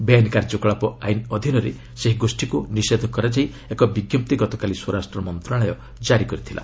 ବେଆଇନ କାର୍ଯ୍ୟକଳାପ ଆଇନ ଅଧୀନରେ ସେହି ଗୋଷ୍ଠୀକୁ ନିଷେଧ କରାଯାଇ ଏକ ବିଞ୍ଘପ୍ତି ଗତକାଲି ସ୍ୱରାଷ୍ଟ୍ର ମନ୍ତ୍ରଣାଳୟ କାରି କରିଥିଲା